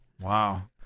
Wow